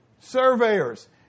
surveyors